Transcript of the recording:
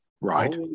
Right